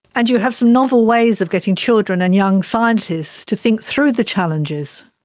and you have some novel ways of getting children and young scientists to think through the challenges.